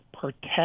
protect